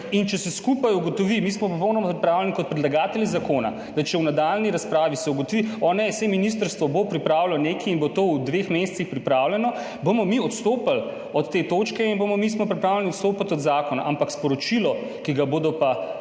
Če se skupaj ugotovi, mi smo popolnoma pripravljeni kot predlagatelji zakona, da če se v nadaljnji razpravi ugotovi, da bo ministrstvo pripravilo nekaj in bo to v dveh mesecih pripravljeno, bomo mi odstopili od te točke, mi smo pripravljeni odstopiti od zakona. Ampak sporočilo, ki ga boste